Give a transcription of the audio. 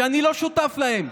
שאני לא שותף להם,